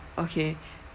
okay